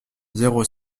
zéro